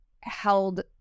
held